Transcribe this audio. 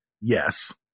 Yes